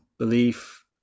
belief